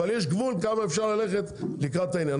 אבל יש גבול כמה אפשר ללכת לקראת העניין.